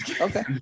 okay